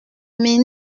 mais